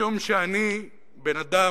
משום שאני בן-אדם,